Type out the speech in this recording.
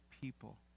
people